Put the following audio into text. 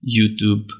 YouTube